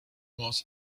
was